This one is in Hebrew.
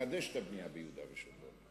חדש את הבנייה ביהודה ושומרון.